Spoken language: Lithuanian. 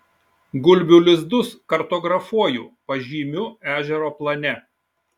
gulbių lizdus kartografuoju pažymiu ežero plane